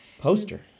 poster